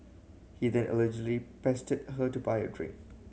he then allegedly pestered her to buy a drink